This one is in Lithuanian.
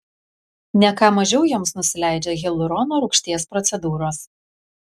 ne ką mažiau joms nusileidžia hialurono rūgšties procedūros